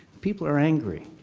people are angry.